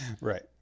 right